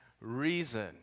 reason